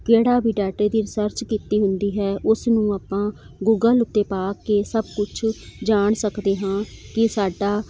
ਕਿਹੜਾ ਵੀ ਡਾਟੇ ਦੀ ਰਿਸਰਚ ਕੀਤੀ ਹੁੰਦੀ ਹੈ ਉਸ ਨੂੰ ਆਪਾਂ ਗੂਗਲ ਉੱਤੇ ਪਾ ਕੇ ਸਭ ਕੁਛ ਜਾਣ ਸਕਦੇ ਹਾਂ ਕਿ ਸਾਡਾ